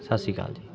ਸਤਿ ਸ਼੍ਰੀ ਅਕਾਲ ਜੀ